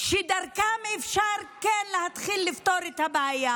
שדרכן אפשר להתחיל לפתור את הבעיה,